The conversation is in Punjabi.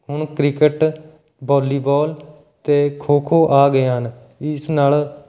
ਹੁਣ ਕ੍ਰਿਕਟ ਵਾਲੀਬਾਲ ਅਤੇ ਖੋ ਖੋ ਆ ਗਏ ਹਨ ਇਸ ਨਾਲ